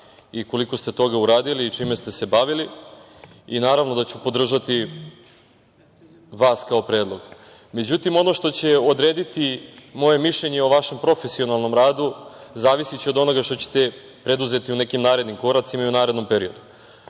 i koliko ste toga uradili i čime ste se bavili i naravno da ću podržati vas kao predlog.Međutim, ono što će odrediti moje mišljenje o vašem profesionalnom radu, zavisiće od onoga što ćete preduzeti u nekim narednim koracima i u narednom periodu. Kolege